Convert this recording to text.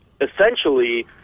essentially